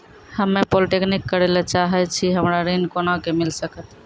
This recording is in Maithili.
हम्मे पॉलीटेक्निक करे ला चाहे छी हमरा ऋण कोना के मिल सकत?